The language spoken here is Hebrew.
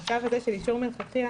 המצב הזה של אישור מלכתחילה,